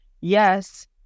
yes